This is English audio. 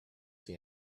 see